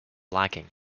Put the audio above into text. lacking